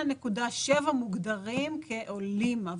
8.7% מוגדרים עולים.